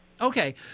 Okay